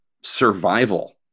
survival